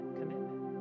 commitment